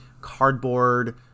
cardboard